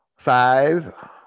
Five